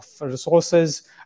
resources